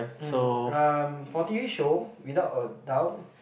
mm um for t_v show without a doubt